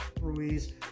Ruiz